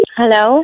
Hello